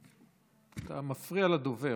אתה מפריע לדובר.